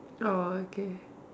orh okay